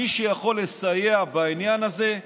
מי שיכול לסייע בעניין הזה,